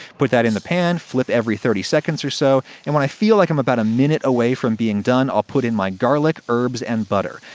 put that in the pan, flip every thirty seconds or so, and when i feel like i'm a minute away from being done, i'll put in my garlic, herbs and butter.